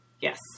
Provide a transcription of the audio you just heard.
Yes